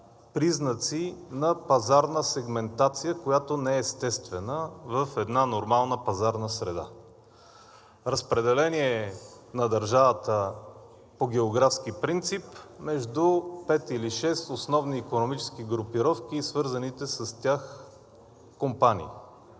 признаци на пазарна сегментация, която не е естествена в една нормална пазарна среда – разпределение на държавата по географски принцип между пет или шест основни икономически групировки и свързаните с тях компании